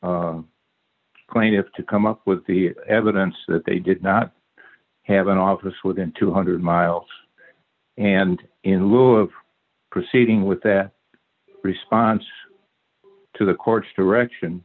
plaintiffs to come up with the evidence that they did not have an office within two hundred miles and in lieu of proceeding with that response to the court's direction